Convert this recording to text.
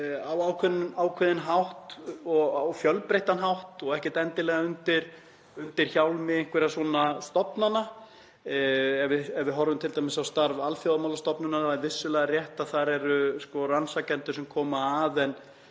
á ákveðinn hátt, á fjölbreyttan hátt og ekkert endilega undir hjálmi einhverra svona stofnana. Ef við horfum t.d. á starf Alþjóðamálastofnunar þá er vissulega rétt að þar eru rannsakendur sem koma að en